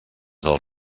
dels